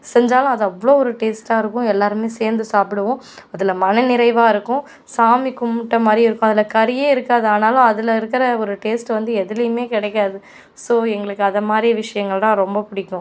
செஞ்சாலும் அது அவ்வளோ ஒரு டேஸ்ட்டாக இருக்கும் எல்லாருமே சேர்ந்து சாப்பிடுவோம் அதில் மனநிறைவாக இருக்கும் சாமி கும்பிட்ட மாதிரியும் இருக்கும் அதில் கறியே இருக்காது ஆனாலும் அதில் இருக்கிற ஒரு டேஸ்ட் வந்து எதுலையுமே கிடைக்காது ஸோ எங்களுக்கு அது மாதிரி விஷயங்கள் தான் ரொம்ப பிடிக்கும்